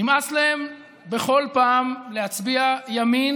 נמאס להם בכל פעם להצביע ימין